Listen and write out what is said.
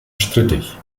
strittig